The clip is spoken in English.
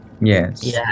Yes